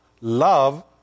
love